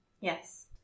Yes